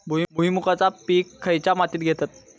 भुईमुगाचा पीक खयच्या मातीत घेतत?